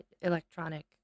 electronic